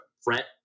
fret